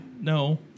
No